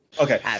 Okay